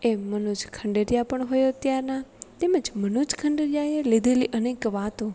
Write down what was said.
એ મનોજ ખંડેરિયા પણ હોય અત્યારના તેમ જ મનોજ ખંડેરિયાએ લીધેલી અનેક વાતો